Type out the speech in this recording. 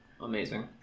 amazing